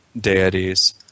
deities